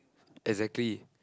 exactly